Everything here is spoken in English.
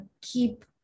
keep